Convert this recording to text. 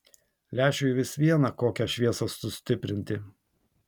lęšiui vis viena kokią šviesą sustiprinti